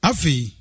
Afi